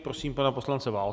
Prosím pana poslance Válka.